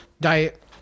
diet